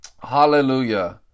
Hallelujah